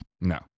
No